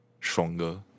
Stronger